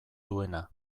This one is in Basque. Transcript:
duena